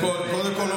קודם כול,